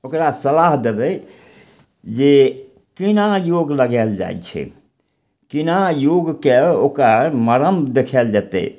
ओकरा सलाह देबय जे केना योग लगायल जाइ छै केना योगके ओकर मरम देखाओल जेतय